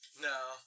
No